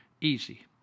Easy